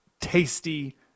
tasty